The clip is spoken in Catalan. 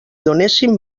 donessin